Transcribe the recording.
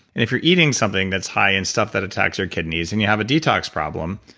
if you're eating something that's high in stuff that attacks your kidneys and you have a detox problem,